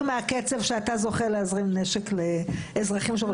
מהקצב שאתה זוכה להזרים נשק לאזרחים שרוצים להגן על עצמם.